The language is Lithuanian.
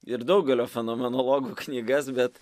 ir daugelio fenomenologų knygas bet